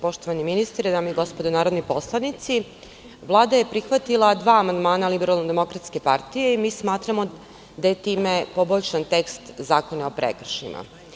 Poštovani ministre, dame i gospodo narodni poslanici, Vlada je prihvatila dva amandmana LDP i mi smatramo da je time poboljšan tekst zakona o prekršajima.